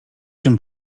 czym